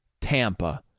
Tampa